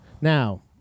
Now